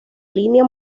línea